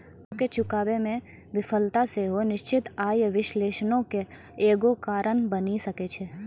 करो के चुकाबै मे विफलता सेहो निश्चित आय विश्लेषणो के एगो कारण बनि सकै छै